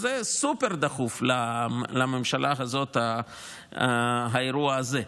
זה סופר-דחוף לממשלה הזאת, האירוע הזה.